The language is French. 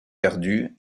perdus